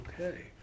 Okay